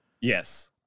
yes